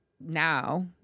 now